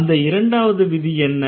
அந்த இரண்டாவது விதி என்ன